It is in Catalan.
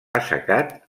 assecat